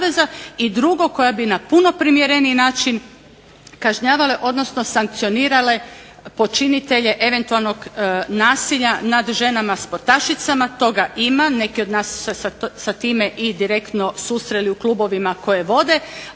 I drugo, koja bi na puno primjereniji način kažnjavale, odnosno sankcionirale počinitelje eventualnog nasilja nad ženama sportašicama. Toga ima, neke od nas su se sa time i direktno susrele u klubovima koje vode.